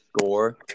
score